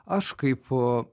aš kaip